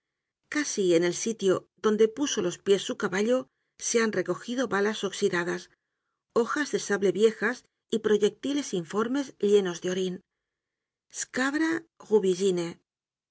casi en el sitio donde puso los pies su caballo se han recogido balas oxidadas hojas de sable viejas y proyectiles informes llenos de orin scabra